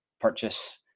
purchase